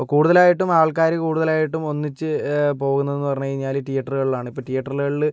ഇപ്പോൾ കൂടുതലായിട്ടും ആൾക്കാര് കൂടുതലായിട്ടും ഒന്നിച്ച് പോവുന്നതെന്ന് പറഞ്ഞു കഴിഞ്ഞാല് തിയറ്ററുകളിലാണ് ഇപ്പോൾ തിയറ്ററുകളില്